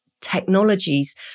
technologies